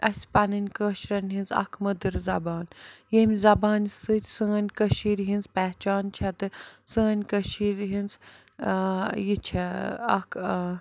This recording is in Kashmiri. اَسہِ پَنٕنۍ کٲشرٮ۪ن ہِنٛز اَکھ مٔدٕر زبان ییٚمہِ زَبانہِ سۭتۍ سٲنۍ کٔشیٖرِ ہِنٛز پہچان چھےٚ تہٕ سٲنۍ کٔشیٖر ہِنٛز یہِ چھےٚ اَکھ